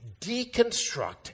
Deconstruct